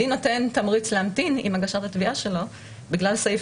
הדין נותן תמריך להמתין עם הגשת התביעה שלו בגלל סעיף